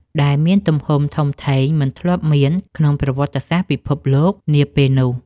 ដែលមានទំហំធំធេងមិនធ្លាប់មានក្នុងប្រវត្តិសាស្ត្រពិភពលោកនាពេលនោះ។